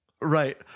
Right